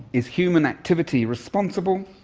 is human activity responsible,